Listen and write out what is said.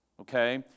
okay